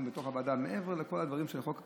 בתוך הוועדה: מעבר לכל הדברים של חוק הכשרות,